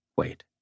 Wait